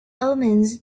omens